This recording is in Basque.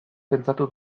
pentsatu